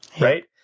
right